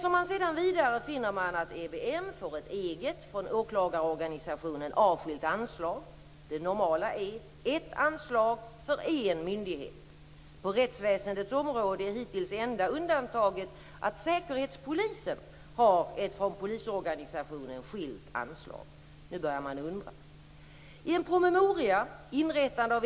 Om man läser vidare finner man att EBM får ett eget, från åklagarorganisationen avskilt, anslag. Det normala är ett anslag för en myndighet. På rättsväsendets område är hittills enda undantaget att säkerhetspolisen har ett från polisorganisationen skilt anslag. Nu börjar man undra.